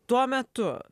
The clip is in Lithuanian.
tuo metu